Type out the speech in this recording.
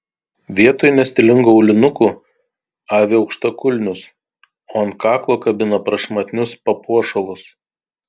vietoj nestilingų aulinukų avi aukštakulnius o ant kaklo kabina prašmatnius papuošalus